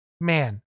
man